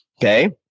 Okay